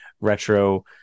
retro